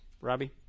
Robbie